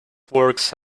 works